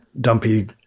dumpy